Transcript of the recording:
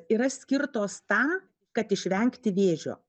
yra skirtos tą kad išvengti vėžio